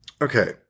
okay